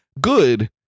good